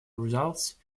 results